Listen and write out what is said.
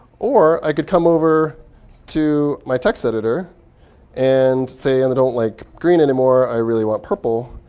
or i could come over to my text editor and say and i don't like green anymore. i really want purple.